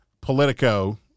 Politico